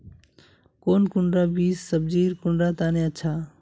कौन कुंडा बीस सब्जिर कुंडा तने अच्छा?